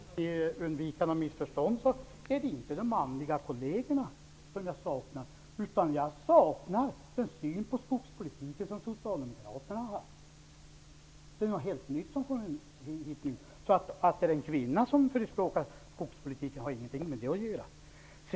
Herr talman! För att undvika missförstånd vill jag säga att det inte är mina manliga kolleger jag saknar. Jag saknar den syn på skogspolitiken som socialdemokraterna har haft. Den syn de har nu är helt ny. Att det är en kvinna som debatterar skogspolitik har ingenting med saken att göra.